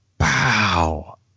Wow